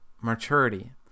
maturity